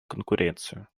конкуренцию